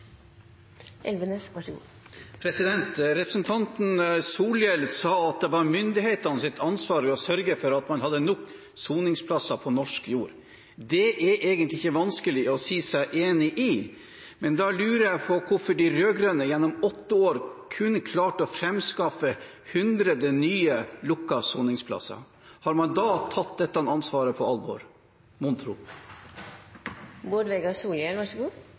det egentlig ikke vanskelig å si seg enig i, men da lurer jeg på hvorfor de rød-grønne gjennom åtte år kun klarte å fremskaffe 100 nye lukkede soningsplasser. Har man da tatt dette ansvaret på alvor, mon tro? Det første året under den raud-grøne regjeringa vart soningskøen bygd betydeleg ned, og så